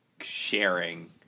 sharing